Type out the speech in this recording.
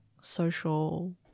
social